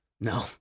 No